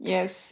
Yes